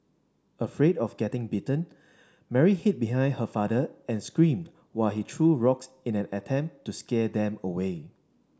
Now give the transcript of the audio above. afraid of getting bitten Mary hid behind her father and screamed while he threw rocks in an attempt to scare them away